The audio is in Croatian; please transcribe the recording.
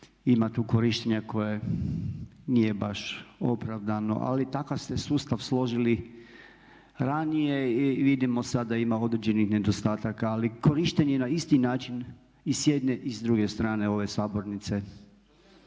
ima tu korištenja koje nije baš opravdano, ali takav ste sustav složili ranije i vidimo sada ima određenih nedostataka. Ali korištenje na isti način i s jedne i s druge strane ove sabornice.